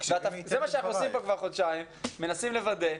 זה מה שאנחנו עושים פה כבר חודשיים, מנסים לוודא,